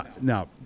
now